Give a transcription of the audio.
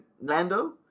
Lando